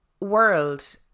world